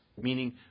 meaning